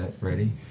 ready